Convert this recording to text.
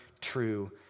true